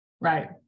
Right